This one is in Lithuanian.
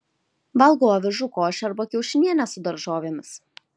valgau avižų košę arba kiaušinienę su daržovėmis